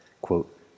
Quote